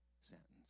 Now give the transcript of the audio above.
sentence